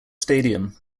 stadium